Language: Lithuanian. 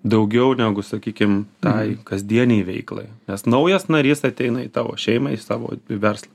daugiau negu sakykim tai kasdienei veiklai nes naujas narys ateina į tavo šeimą į savo verslą